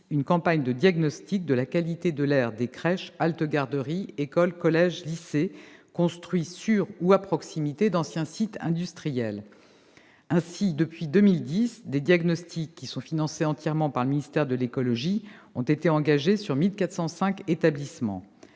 une campagne de diagnostics de la qualité de l'air des crèches, haltes-garderies, écoles, collèges, lycées construits sur d'anciens sites industriels ou à proximité. Ainsi, depuis 2010, des diagnostics, financés entièrement par le ministère de l'écologie, ont été engagés sur 1 405 établissements.